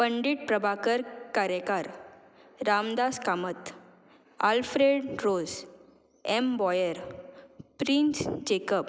Pandit Prabhakar Karekar Ramdas Kamat Alfred Rose M Boyer Prince Jacob